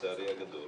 לצערי הגדול